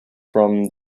from